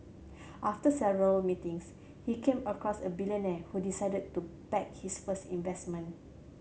after several meetings he came across a billionaire who decided to back his first investment